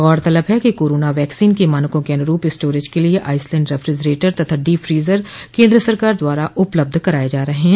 गौरतलब है कि कोरोना वैक्सीन को मानकों के अनरूप स्टोरेज के लिये आईसलैंड रेफ्रिजरेटर तथा डीप फ्रीजर केन्द्र सरकार द्वारा उपलब्ध कराये जा रहे हैं